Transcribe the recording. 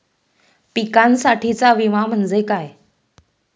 पिकांसाठीचा विमा म्हणजे काय?